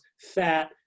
fat